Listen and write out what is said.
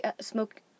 smoke